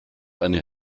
eine